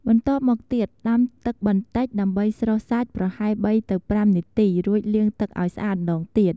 បន្ទាប់មកទៀតដាំទឹកបន្តិចដើម្បីស្រុះសាច់ប្រហែល ៣ ទៅ ៥ នាទីរួចលាងទឹកឲ្យស្អាតម្ដងទៀត។